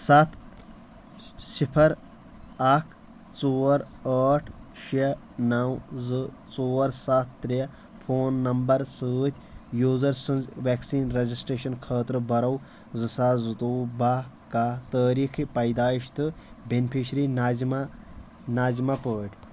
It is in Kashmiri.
سَتھ صفر اکھ ژور ٲٹھ شےٚ نَو زٟ ژور سَتھ ترٛےٚ فون نمبر سۭتۍ یوٗزر سٕنٛز ویکسیٖن رجسٹریشن خٲطرٕ برَو زٕ ساس زٕتووُہ بَہہ کَہہ تٲریٖخِ پیدٲئش تہٕ بینِفیشرِی ناظِمہ، ناظِمہ پٲٹھۍ